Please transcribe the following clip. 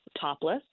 topless